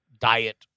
diet